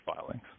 filings